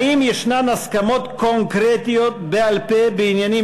האם יש הסכמות קונקרטיות בעל-פה בעניינים